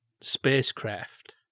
spacecraft